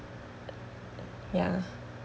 ya